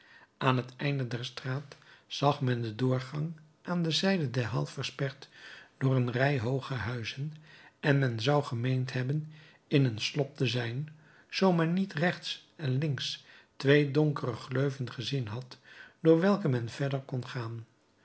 aan het einde der straat zag men den doorgang aan de zijde des halles versperd door een rij hooge huizen en men zou gemeend hebben in een slop te zijn zoo men niet rechts en links twee donkere gleuven gezien had door welke men verder kon gaan